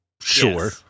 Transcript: Sure